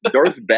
Darth